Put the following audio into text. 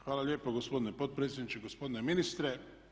Hvala lijepo gospodine potpredsjedniče, gospodine ministre.